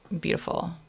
beautiful